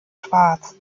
schwarz